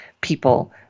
people